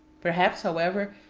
perhaps, however,